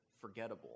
forgettable